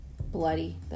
bloody